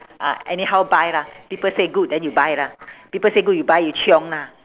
ah anyhow buy lah people say good then you buy lah people say good you buy you chiong lah